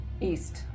East